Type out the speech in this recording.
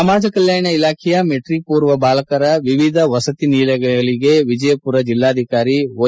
ಸಮಾಜ ಕಲ್ಕಾಣ ಇಲಾಖೆಯ ಮೆಟ್ರಕ್ ಪೂರ್ವ ಬಾಲಕರ ವಿವಿಧ ವಸತಿ ನಿಲಯಗಳಿಗೆ ವಿಜಯಪುರ ಜೆಲ್ಲಾಧಿಕಾರಿ ವೈ